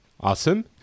Awesome